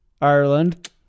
Ireland